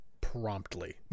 promptly